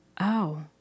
Oh